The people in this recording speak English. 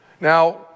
Now